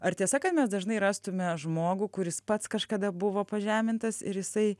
ar tiesa kad mes dažnai rastume žmogų kuris pats kažkada buvo pažemintas ir jisai